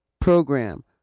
program